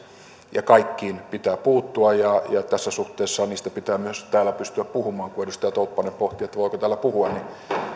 ja kaikkiin pitää puuttua ja tässä suhteessa niistä pitää myös täällä pystyä puhumaan eli kun edustaja tolppanen pohti että voiko täällä puhua niin